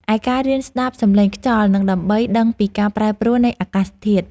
ឯការរៀនស្ដាប់សំឡេងខ្យល់ គឺដើម្បីដឹងពីការប្រែប្រួលនៃអាកាសធាតុ។